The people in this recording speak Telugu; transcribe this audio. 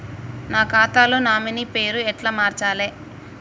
నా ఖాతా లో నామినీ పేరు ఎట్ల మార్చాలే?